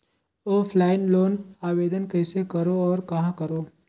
Offline loan आवेदन कइसे करो और कहाँ करो?